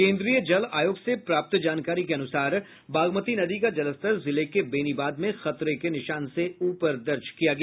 केन्द्रीय जल आयोग से प्राप्त जानकारी के अनुसार बागमती नदी का जलस्तर जिले के बेनीबाद में खतरे के निशान से ऊपर दर्ज किया गया